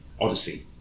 odyssey